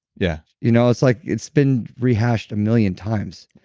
yeah you know it's like, it's been rehashed a million times.